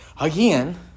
Again